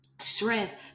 strength